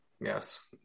yes